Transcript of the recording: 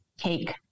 cake